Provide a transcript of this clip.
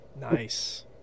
nice